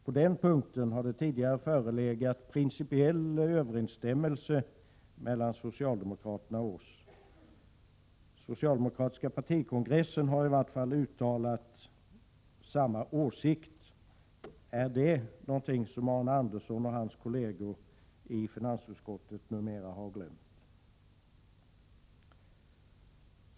På den punkten har det tidigare förelegat principiell överensstämmelse mellan socialdemokraterna och oss. Socialdemokratiska partikongressen har i varje fall uttalat samma åsikt. Är det någonting som Arne Andersson och hans kolleger i finansutskottet numera har glömt?